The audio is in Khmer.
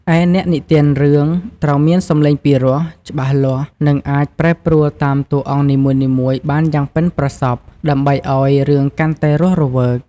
ឯអ្នកនិទានរឿងត្រូវមានសំឡេងពីរោះ ច្បាស់លាស់ និងអាចប្រែប្រួលតាមតួអង្គនីមួយៗបានយ៉ាងប៉ិនប្រសប់ ដើម្បីឲ្យរឿងកាន់តែរស់រវើក។